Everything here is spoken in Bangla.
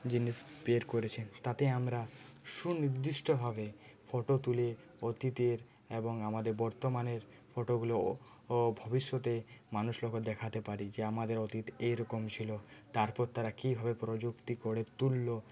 জিনিস বের করেছেন তাতে আমরা সুনির্দিষ্টভাবে ফটো তুলে অতীতের এবং আমাদের বর্তমানের ফটোগুলো ও ভবিষ্যতে মানুষগুলোকে দেখাতে পারি যে আমাদের অতীত এইরকম ছিল তারপর তারা কীভাবে প্রযুক্তি করে তুললো